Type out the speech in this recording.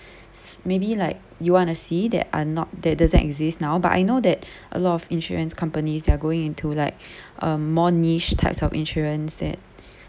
maybe like you wanna see that are not that doesn't exist now but I know that a lot of insurance companies they're going into like um more niche types of insurance that